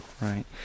Right